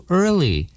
early